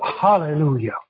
Hallelujah